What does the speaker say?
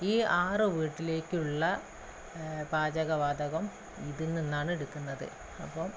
ഈ ആറ് വീട്ടിലേക്കുള്ള പാചക വാതകം ഇതിൽനിന്നാണ് എടുക്കുന്നത് അപ്പോള്